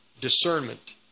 discernment